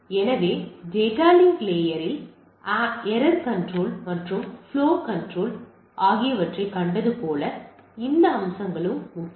எனவே data link layer இல் error control மற்றும் ப்லொவ் கண்ட்ரோல் ஆகியவற்றைக் கண்டது போல இந்த அம்சங்களும் முக்கியம்